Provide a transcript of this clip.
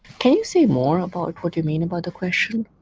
can you say more about what you mean about the question?